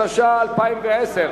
התש"ע 2010,